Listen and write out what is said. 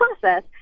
process